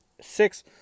six